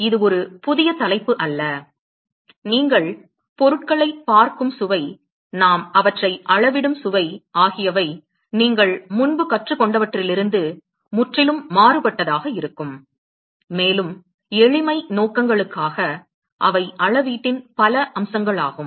எனவே இது ஒரு புதிய தலைப்பு அல்ல நீங்கள் பொருட்களைப் பார்க்கும் சுவை நாம் அவற்றை அளவிடும் சுவை ஆகியவை நீங்கள் முன்பு கற்றுக்கொண்டவற்றிலிருந்து முற்றிலும் மாறுபட்டதாக இருக்கும் மேலும் எளிமை நோக்கங்களுக்காக அவை அளவீட்டின் பல அம்சங்களாகும்